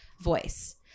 voice